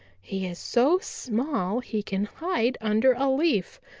he is so small he can hide under a leaf.